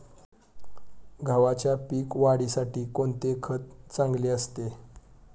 गहूच्या पीक वाढीसाठी कोणते खत चांगले असते?